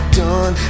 done